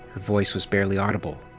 voice was barely audible.